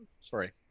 Sorry